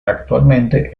actualmente